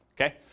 okay